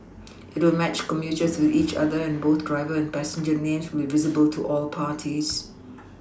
it will match commuters with each other and both driver and passenger names will be visible to all parties